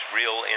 real